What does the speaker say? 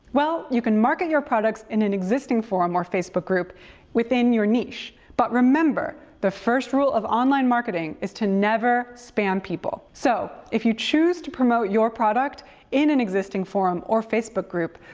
well, you can market your products in an existing forum or facebook group in your niche. but remember the first rule of online marketing is to never spam people. so, if you choose to promote your product in an existing forum or facebook group,